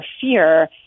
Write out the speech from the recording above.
fear